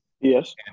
Yes